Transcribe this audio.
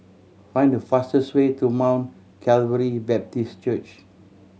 find the fastest way to Mount Calvary Baptist Church